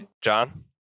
John